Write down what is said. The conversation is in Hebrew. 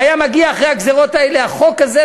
והיה מגיע אחרי הגזירות האלה החוק הזה,